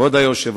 כבוד היושב-ראש,